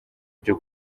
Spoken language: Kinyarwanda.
byo